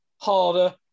harder